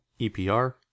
EPR